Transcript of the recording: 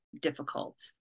difficult